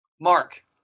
Mark